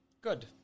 Good